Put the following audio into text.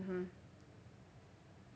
mmhmm